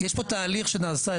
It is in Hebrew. יש פה תהליך שנעשה,